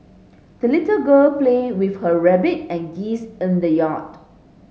the little girl played with her rabbit and geese in the yard